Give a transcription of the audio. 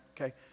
Okay